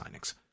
signings